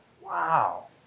wow